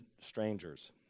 strangers